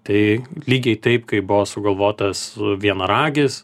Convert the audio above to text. tai lygiai taip kaip buvo sugalvotas vienaragis